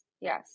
yes